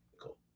cool